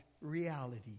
reality